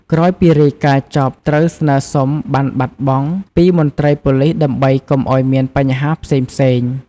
ក្រោយពីរាយការណ៍ចប់ ត្រូវស្នើសុំ បណ្ណបាត់បង់ ពីមន្ត្រីប៉ូលិសដើម្បីកុំអោយមានបញ្ហាផ្សេងៗ។